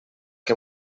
que